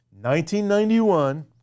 1991